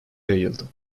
yayıldı